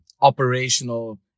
operational